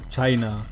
China